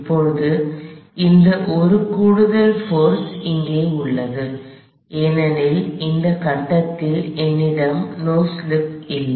இப்போது இந்த ஒரு கூடுதல் போர்ஸ் இங்கே உள்ளது ஏனெனில் இந்த கட்டத்தில் என்னிடம் நோ ஸ்லிப் இல்லை